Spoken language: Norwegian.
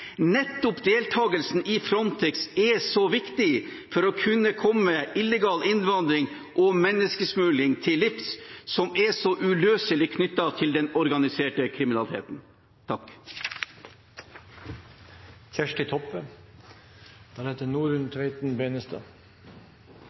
Nettopp deltakelsen i Frontex er viktig for å kunne komme illegal innvandring og menneskesmugling til livs, som er så uløselig knyttet til den organiserte kriminaliteten.